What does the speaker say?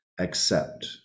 accept